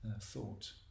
thought